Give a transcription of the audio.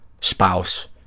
spouse